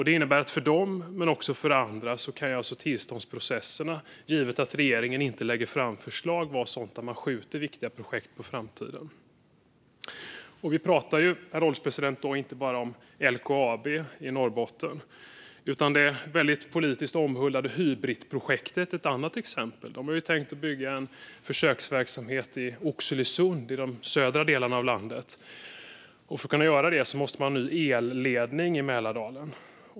Det innebär att för dem och andra kan tillståndsprocesserna, givet att regeringen inte lägger fram förslag, göra att viktiga projekt skjuts på framtiden. Herr ålderspresident! Vi talar inte bara om LKAB i Norrbotten. Det politiskt omhuldade Hybritprojektet är ett annat exempel. De har tänkt att bygga en försöksverksamhet i Oxelösund i den södra delen av landet. För att kunna göra det måste man ha en ny elledning i Mälardalen.